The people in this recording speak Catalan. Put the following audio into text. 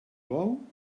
bou